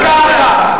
אתה דוגמה קלאסית.